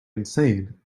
insane